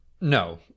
no